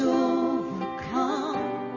overcome